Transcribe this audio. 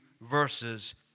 verses